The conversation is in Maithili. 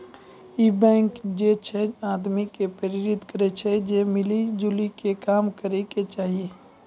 इ बैंक जे छे आदमी के प्रेरित करै छै जे मिली जुली के काम करै के चाहि